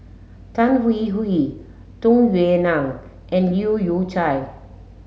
Tan Hwee Hwee Tung Yue Nang and Leu Yew Chye